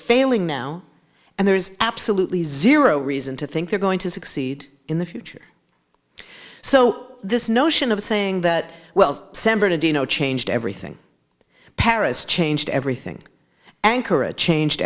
failing now and there's absolutely zero reason to think they're going to succeed in the future so this notion of saying that wells san bernardino changed everything paris changed everything anchorage changed